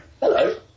Hello